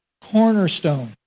cornerstone